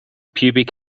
pubic